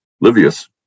Livius